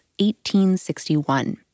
1861